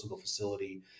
facility